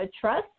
trust